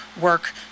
work